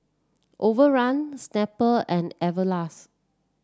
Overrun Snapple and Everlast